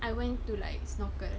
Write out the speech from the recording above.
I went to like snorkel